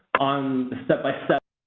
on a step-by-step